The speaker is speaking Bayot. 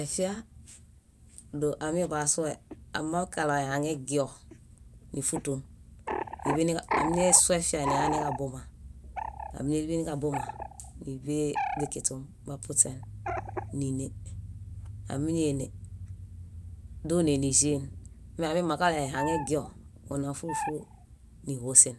Efia, dóo amiḃasue amãkaɭo ehaŋegio, nífutun. Amiñassu efiae nalaniġabuma. Ámiñaḃeniġabuma, níḃe źikiśun, bapuśen níne. Ámiñaene dóne, níĵien. Meamimãkaɭo ehaŋeguio, ona fúlu fúlu níhosen,